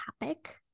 topic